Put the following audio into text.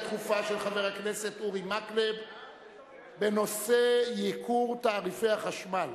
דחופה של חבר הכנסת אורי מקלב בנושא ייקור תעריפי החשמל.